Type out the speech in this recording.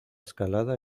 escalada